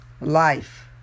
Life